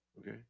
Okay